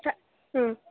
ಹ್ಞೂಂ